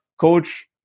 coach